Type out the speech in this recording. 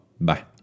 Bye